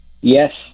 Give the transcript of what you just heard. Yes